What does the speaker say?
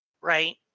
right